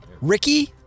Ricky